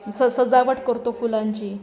स सजावट करतो फुलांची